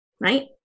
right